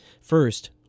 First